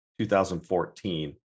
2014